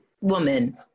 woman